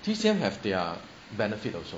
T_C_M have their benefit also